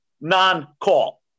non-call